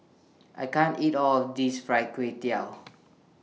I can't eat All This Fried Kway Tiao